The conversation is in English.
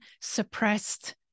suppressed